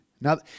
Now